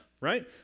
right